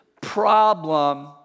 problem